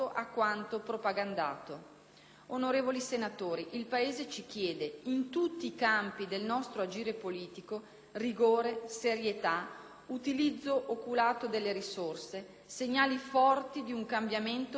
Onorevoli senatori, il Paese ci chiede, in tutti i campi del nostro agire politico, rigore, serietà, utilizzo oculato delle risorse, segnali forti di un cambiamento da rendere irreversibile.